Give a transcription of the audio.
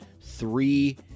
three